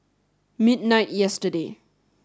midnight yesterday